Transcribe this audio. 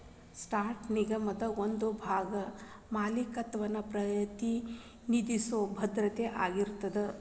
stock ನಿಗಮದ ಒಂದ ಭಾಗದ ಮಾಲೇಕತ್ವನ ಪ್ರತಿನಿಧಿಸೊ ಭದ್ರತೆ ಆಗಿರತ್ತ